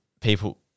people